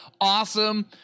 awesome